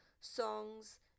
songs